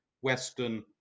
Western